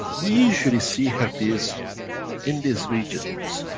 we usually see herpes in these regions,